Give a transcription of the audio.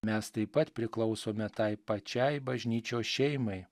mes taip pat priklausome tai pačiai bažnyčios šeimai